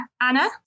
Anna